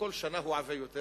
וכל שנה הוא עבה יותר,